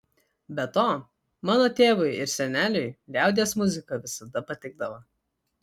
be to mano tėvui ir seneliui liaudies muzika visada patikdavo